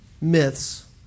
myths